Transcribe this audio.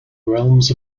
realms